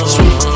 Sweet